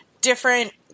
different